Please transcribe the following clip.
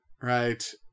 right